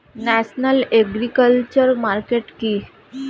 National agriculture market কি?